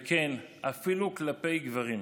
וכן, אפילו כלפי גברים.